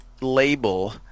label